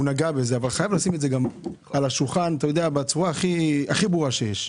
הוא נגע בזה אבל חייבים לשים את זה על השולחן בצורה הכי ברורה שיש.